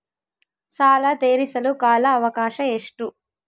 ಸಾಲ ತೇರಿಸಲು ಕಾಲ ಅವಕಾಶ ಎಷ್ಟು?